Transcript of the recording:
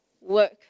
work